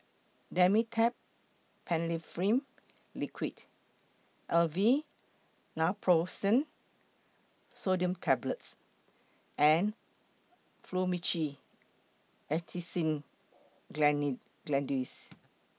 Dimetapp Phenylephrine Liquid Aleve Naproxen Sodium Tablets and Fluimucil Acetylcysteine Granules